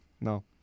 No